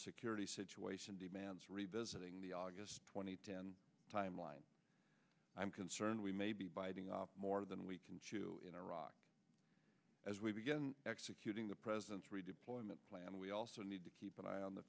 security situation demands revisiting the august two thousand and ten timeline i'm concerned we may be biting off more than we can chew in iraq as we begin executing the president's redeployment plan we also need to keep an eye on the